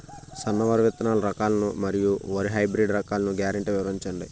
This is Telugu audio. సన్న వరి విత్తనాలు రకాలను మరియు వరి హైబ్రిడ్ రకాలను గ్యారంటీ వివరించండి?